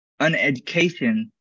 uneducation